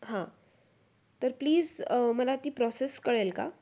हां तर प्लीज मला ती प्रॉसेस कळेल का